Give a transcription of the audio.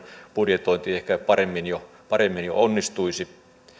budjetointi onnistuisi jo ehkä paremmin